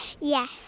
Yes